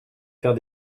faire